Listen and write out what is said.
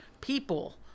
people